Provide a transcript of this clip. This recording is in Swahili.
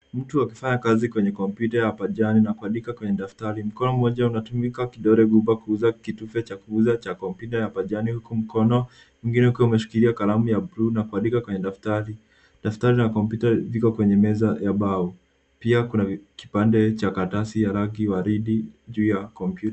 Mtu akifanya kazi kwenye kompyuta ya pajani na kuandika kwenye daftari. Mkono mmoja unatumia kidole gumba kuguza kitufe cha kuguza cha kumpyuta ya pajani huku mkono mwingine ukiwa umeshikilia kalamu ya buluu na kuandika kwenye daftari. Daftari na kompyuta viko kwenye meza ya mbao. Pia kuna kipande cha karatasi ya rangi ya waridi juu ya kompyuta.